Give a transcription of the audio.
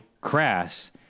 crass